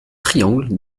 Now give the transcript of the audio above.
triangle